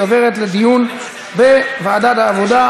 והיא עוברת לדיון בוועדת העבודה,